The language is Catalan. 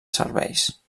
serveis